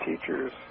teachers